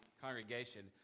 congregation